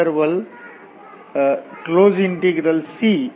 અને હવે આપણે આ પરિણામને અને આપણે અગાઉની સ્લાઇડમાં શું મેળવ્યું તેને જોડીએ છીએ